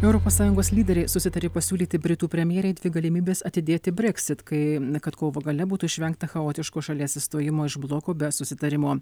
europos sąjungos lyderiai susitarė pasiūlyti britų premjerei dvi galimybės atidėti brexit kai kad kovo gale būtų išvengta chaotiško šalies išstojimo iš bloko be susitarimo